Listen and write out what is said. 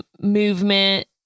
movement